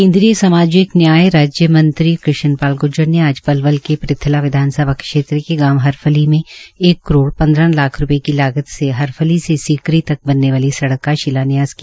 केन्द्रीय सामाजिक न्याय राज्य मंत्री कृष्ण पाल ग्र्जर ने आज पलवल के पृथला विधानसभा क्षेत्र के गांव हरफली में एक करोड़ पन्द्रह लाख रूपये की लागत से हरफली से सीकरी तक जाने वाली सड़क का शिलान्यास किया